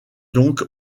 donc